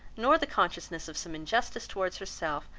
nor the consciousness of some injustice towards herself,